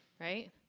right